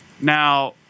Now